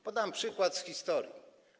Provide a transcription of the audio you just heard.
Podam przykład z historii.